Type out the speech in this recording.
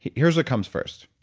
here's what comes first,